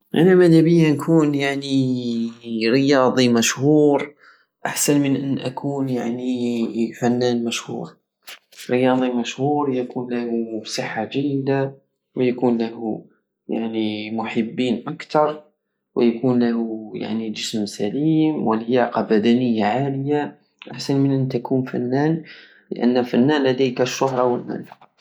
انا مدابية اكون يعني رياضي مشهور احسن من اكون يعني فنان مشهور الرياضي المشهور يكون له صحة جيدة ويكون له يعني محبين اكتر ويكون له يعني جسم سليم ولياقة بدنية عالية احسن من ان تكون فنان لان الفنان لديك الشهرة فقط